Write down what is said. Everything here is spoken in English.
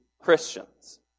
Christians